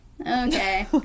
Okay